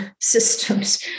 systems